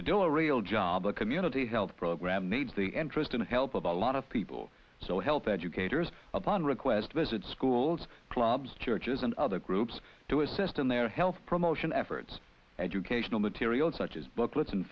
to do a real job a community health program needs the interest in the help of a lot of people so health educators upon request visit schools clubs churches and other groups to assist in their health promotion efforts educational materials such as booklets